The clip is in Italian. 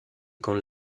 con